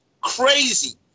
Crazy